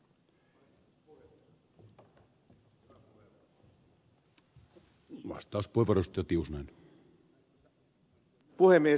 arvoisa puhemies